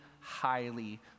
highly